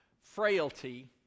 frailty